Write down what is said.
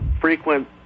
frequent